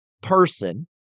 person